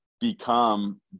become